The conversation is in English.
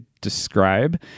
describe